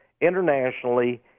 internationally